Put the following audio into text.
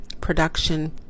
production